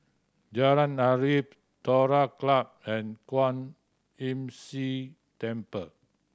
Jalan Arif Terror Club and Kwan Imm See Temple